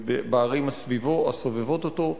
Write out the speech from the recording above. ובערים הסובבות אותו,